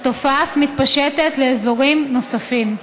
והתופעה אף מתפשטת לאזורים נוספים.